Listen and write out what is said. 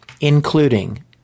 including